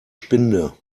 spinde